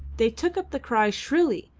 they took up the cry shrilly,